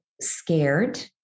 scared